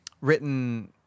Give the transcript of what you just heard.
written